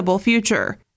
future